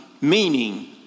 meaning